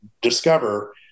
discover